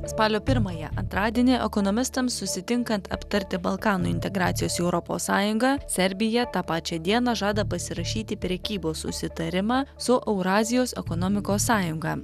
spalio pirmąją antradienį ekonomistams susitinkant aptarti balkanų integracijos į europos sąjungą serbija tą pačią dieną žada pasirašyti prekybos susitarimą su eurazijos ekonomikos sąjunga